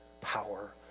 power